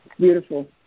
beautiful